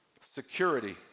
security